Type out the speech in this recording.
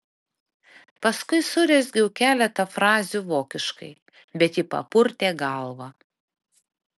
paskui surezgiau keletą frazių vokiškai bet ji papurtė galvą